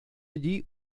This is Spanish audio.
allí